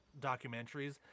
documentaries